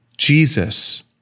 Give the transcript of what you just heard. Jesus